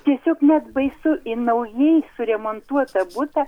tiesiog net baisu į naujai suremontuotą butą